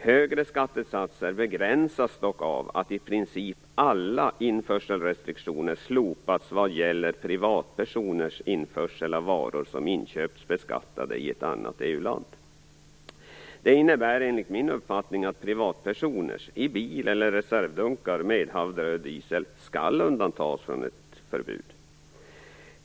Högre skattesatser begränsas dock av att i princip alla införselrestriktioner slopas vad gäller privatpersoners införsel av varor som inköpts beskattade i ett annat EU-land. Detta innebär, enligt min uppfattning, att privatpersoners, i bil eller reservdunkar, medhavda diesel skall undantas från förbudet.